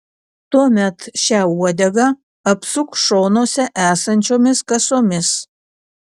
tuomet šią uodegą apsuk šonuose esančiomis kasomis